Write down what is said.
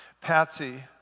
Patsy